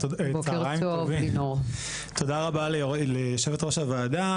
תודה רבה ליושבת-ראש הוועדה,